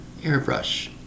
airbrush